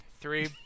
three